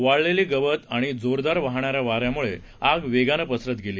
वाळलेले गवत आणि जोरदार वाहणाऱ्या वाऱ्याम्ळे आग वेगानं पसरत गेली